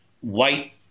white